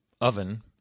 oven